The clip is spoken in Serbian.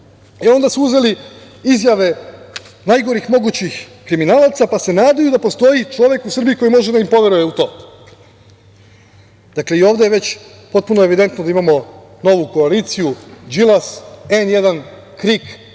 e onda su uzeli izjave najgorih mogućih kriminalaca, pa se nadaju da postoji čovek u Srbiji koji može da im poveruje u to. Dakle, i ovde je već potpuno evidentno da imamo novu koaliciju – Đilas, „N1“, KRIK,